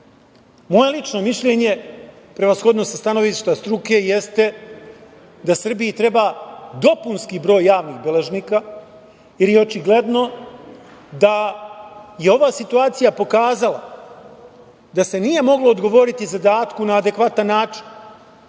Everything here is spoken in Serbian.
lično mišljenje, prevashodno sa stanovišta struke, jeste da Srbiji treba dopunski broj javnih beležnika, jer je očigledno da je ova situacija pokazala da se nije moglo odgovoriti zadatku na adekvatan način.